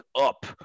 up